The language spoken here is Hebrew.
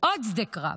עוד שדה קרב,